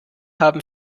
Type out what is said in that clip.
haben